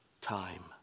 time